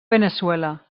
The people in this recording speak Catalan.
veneçuela